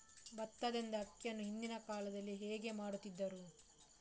ಭತ್ತದಿಂದ ಅಕ್ಕಿಯನ್ನು ಹಿಂದಿನ ಕಾಲದಲ್ಲಿ ಹೇಗೆ ಮಾಡುತಿದ್ದರು?